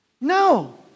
no